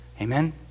Amen